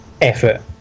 effort